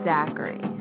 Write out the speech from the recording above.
Zachary